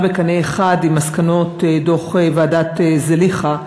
בקנה אחד עם מסקנות דוח ועדת זליכה,